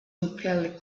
unfairly